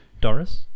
Doris